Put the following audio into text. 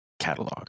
catalog